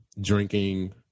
drinking